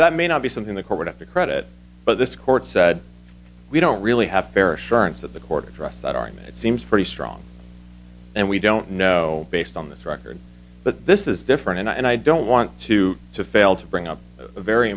that may not be something the court would have to credit but this court said we don't really have fair assurance that the court addressed that argument seems pretty strong and we don't know based on this record but this is different and i don't want to to fail to bring up a very